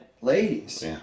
ladies